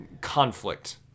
conflict